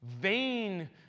vain